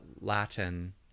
Latin